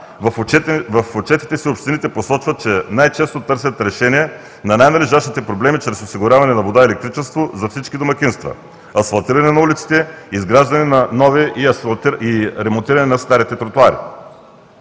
в отчетите си общините посочват, че най-честото търсят решение на най-належащите проблеми чрез осигуряване на вода и електричество за всички домакинства, асфалтиране на улиците, изграждане на нови и ремонтиране на старите тротоари.